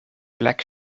black